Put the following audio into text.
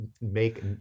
make